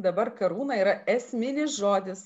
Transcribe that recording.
dabar karūna yra esminis žodis